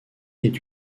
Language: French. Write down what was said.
est